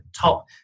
top